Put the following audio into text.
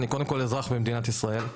אני קודם כול אזרח במדינת ישראל.